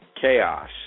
chaos